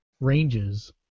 ranges